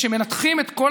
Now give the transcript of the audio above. כשמנתחים את כל